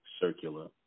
circular